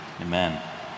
Amen